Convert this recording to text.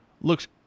Looks